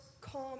calm